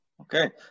Okay